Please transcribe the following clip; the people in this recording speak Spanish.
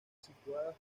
situada